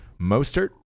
Mostert